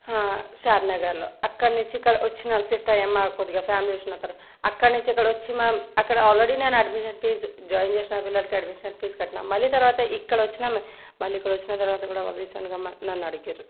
షాద్నగర్లో అక్కడి నుంచి ఇక్కడికి వచ్చినాం షిఫ్ట్ అయ్యాం మాకు కొద్దిగా ఫ్యామిలీ ఇష్యూ అక్కడి నుంచి ఇక్కడికి వచ్చి మనం అక్కడ ఆల్రెడీ నేను అడ్మిషన్ ఫీజ్ జాయిన్ చేసిన పిల్లవాడికి అడ్మిషన్ ఫీజ్ కట్టిన మళ్ళీ తర్వాత ఇక్కడ వచ్చినాం మళ్ళీ ఇక్కడ వచ్చిన తర్వాత కూడా రీసెంట్గా నన్ను అడిగిర్రు